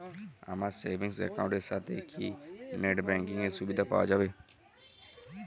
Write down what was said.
আমার savings account এর সাথে কি নেটব্যাঙ্কিং এর সুবিধা পাওয়া যাবে?